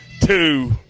two